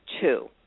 two